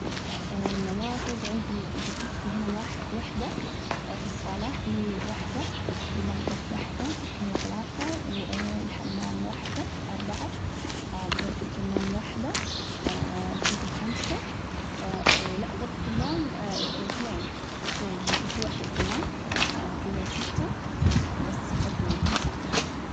النوافذ عندي بغرفتي هنا واحدة، في الصالة في واحدة، المطبخ واحدة، كذا ثلاثة، والحمام واحدة، أربعة، بغرفة النوم واحدة، كذا خمسة، لا غرفة النوم اثنين، اثنين في واحدة كمان، كذا ستة، بس بس هذول هم ستة.